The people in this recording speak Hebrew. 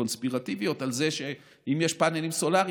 קונספירטיביות על זה שאם יש פאנלים סולריים,